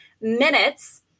minutes –